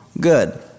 good